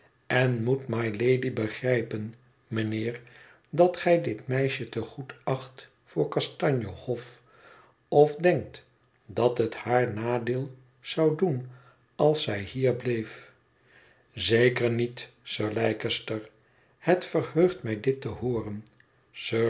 en moet mylady begrijpen mijnheer dat gij dit meisje te goed acht voor kastanje hof of denkt dat het haar nadeel zou doen als zij hier bleef zeker niet sir leicester het verheugt mij dit te hooren sir